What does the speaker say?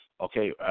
Okay